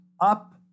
up